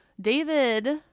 David